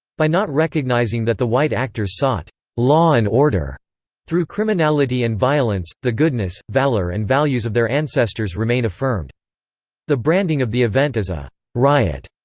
by not recognizing that the white actors sought law and order through criminality and violence, the goodness, valor and values of their ancestors remain affirmed the branding of the event as a riot,